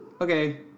okay